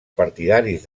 partidaris